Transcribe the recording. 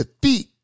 defeat